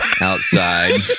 outside